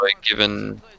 given